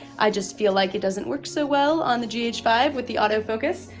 i just feel like it doesn't work so well on the g h five with the autofocus,